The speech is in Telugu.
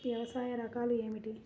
వ్యవసాయ రకాలు ఏమిటి?